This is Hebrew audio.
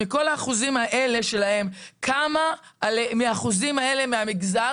מכל האחוזים האלה שלהם כמה מהאחוזים האלה מהמגזר